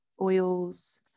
oils